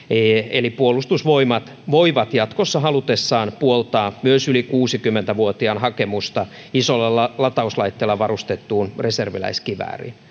eli puolustusvoimat voivat jatkossa halutessaan puoltaa myös yli kuusikymmentä vuotiaan hakemusta isolla latauslaitteella varustettuun reserviläiskivääriin